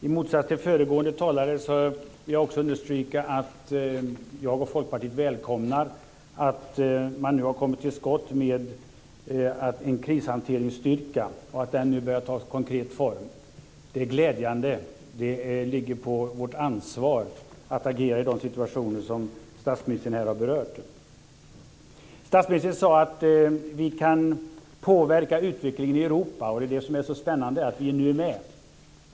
I motsats till föregående talare vill jag understryka att jag och Folkpartiet välkomnar att man nu har kommit till skott med en krishanteringsstyrka och att den nu börjar ta konkret form. Det är glädjande. Det ligger på vårt ansvar att agera i de situationer som statsministern här har berört. Statsministern sade att vi kan påverka utvecklingen i Europa. Det som är så spännande är att vi nu är med.